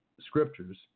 scriptures